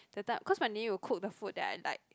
that time cause my nanny will cook the food that I like